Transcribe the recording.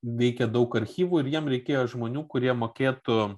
veikė daug archyvų ir jiem reikėjo žmonių kurie mokėtų